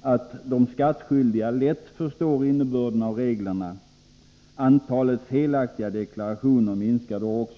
att de skattskydliga lätt förstår innebörden av reglerna. Antalet felaktiga deklarationer minskar då också.